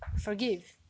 forgive